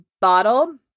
bottle